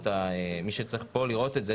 מי שצריך כאן לראות את זה,